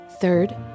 Third